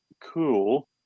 cool